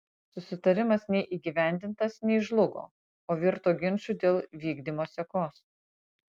susitarimas nei įgyvendintas nei žlugo o virto ginču dėl vykdymo sekos